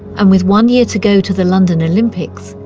and with one year to go to the london olympics,